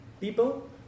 people